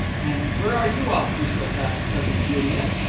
and where are you off to so fast, cousin juliet?